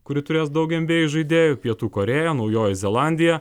kuri turės daug en bi ei žaidėjų pietų korėja naujoji zelandija